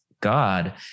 god